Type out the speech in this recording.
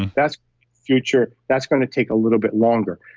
that's future, that's going to take a little bit longer.